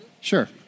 Sure